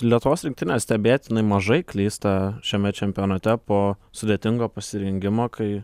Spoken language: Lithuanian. lietuvos rinktinė stebėtinai mažai klysta šiame čempionate po sudėtingo pasirengimo kai